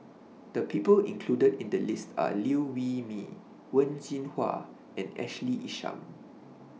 The People included in The list Are Liew Wee Mee Wen Jinhua and Ashley Isham